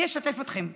אני אשתף אתכם.